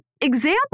example